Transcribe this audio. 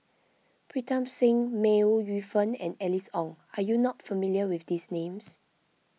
Pritam Singh May Ooi Yu Fen and Alice Ong are you not familiar with these names